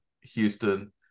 Houston